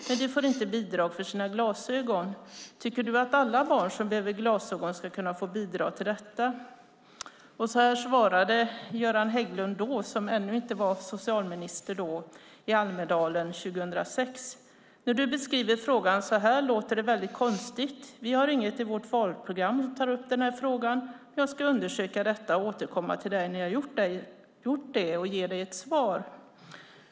Men de får inte bidrag för sina glasögon. Tycker du att alla barn som behöver glasögon ska kunna få bidrag till detta? Så här svarade Göran Hägglund, som ännu inte var socialminister, i Almedalen 2006: När du beskriver frågan så här låter det väldigt konstigt. Vi har inget i vårt valprogram som tar upp den här frågan, men jag ska undersöka detta och återkomma till dig när jag har gjort det och ge dig ett svar.